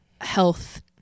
health